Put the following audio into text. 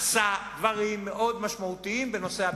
עשה דברים מאוד משמעותיים בנושא הביטחון.